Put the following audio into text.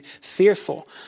fearful